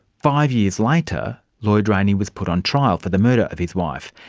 five years later, lloyd rayney was put on trial for the murder of his wife.